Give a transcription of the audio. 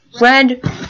Red